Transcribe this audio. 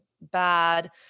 bad